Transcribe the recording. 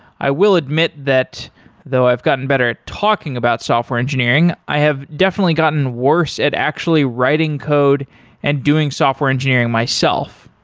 i will admit that though i've gotten better at talking about software engineering, i have definitely gotten worse at actually writing code and doing software engineering myself.